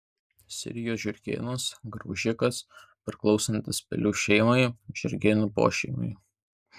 sirijos žiurkėnas graužikas priklausantis pelių šeimai žiurkėnų pošeimiui